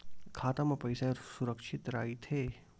खाता मा पईसा सुरक्षित राइथे?